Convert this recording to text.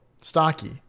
Stocky